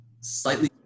slightly